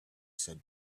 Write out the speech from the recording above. said